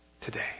today